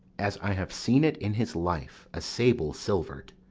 as i have seen it in his life, a sable silver'd.